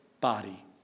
body